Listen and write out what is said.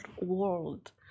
world